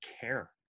care